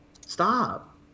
Stop